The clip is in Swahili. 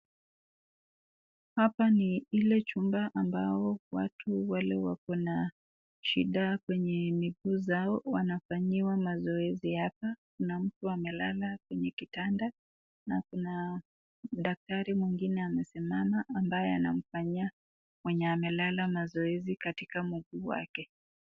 Hapa ni ile chumba ambao watu wale wako na shida kwenye miguu zao wanafanyiwa mazoezi yao hapa. Kuna mtu amelala kwenye kitanda na kuna daktari mwingine amesimama ambaye anamfanyia mwenye amelala mazoezi katika mguu wake.